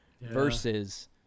versus